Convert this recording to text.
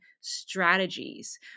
strategies